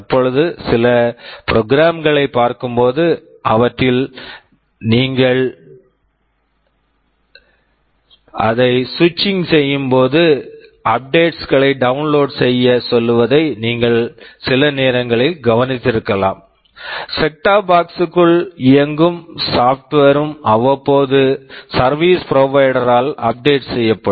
தற்பொழுது சில program program களைப் பார்க்கும்போது அல்லது நீங்கள் அதை ஸ்விட்சிங் switching செய்யும்போது அப்டேட்ஸ் updates களை டவுன்லோட் download செய்ய சொல்லுவதை சில நேரங்களில் நீங்கள் கவனித்திருக்கலாம் set top box set of box க்குள் இயங்கும் சாப்ட்வேர் software ம் அவ்வப்போது சர்வீஸ் ப்ரொவைடர் service provider ஆல் அப்டேட் update செய்யப்படும்